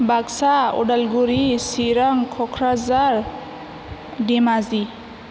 Baksa Udalguri Chirang Kokrajhar Dhemaji